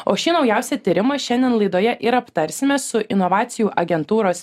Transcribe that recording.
o šį naujausią tyrimą šiandien laidoje ir aptarsime su inovacijų agentūros